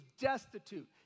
destitute